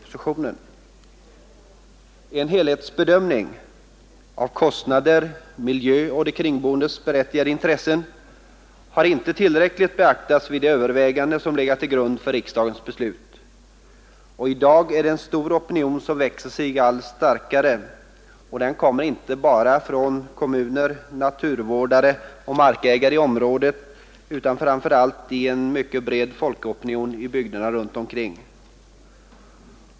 En tillräcklig helhetsbedömning — av kostnader, miljö och de kringboendes berättigade intressen — har inte gjorts vid de överväganden som legat till grund för riksdagens beslut. I dag finns en stor opinion som växer sig allt starkare. Den kommer inte endast från kommuner, naturvårdare och markägare i området, utan är framför allt en bred folkopinion i bygderna runt omkring.